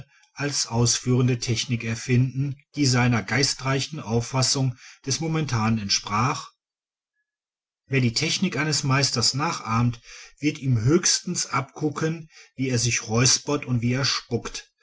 als ausführende technik erfinden die seiner geistreichen auffassung des momentanen entsprach wer die technik eines meisters nachahmt wird ihm höchstens abgucken wie er sich räuspert und wie er spuckt